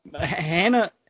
Hannah